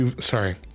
Sorry